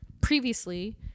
previously